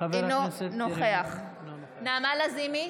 אינו נוכח נעמה לזימי,